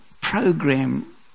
program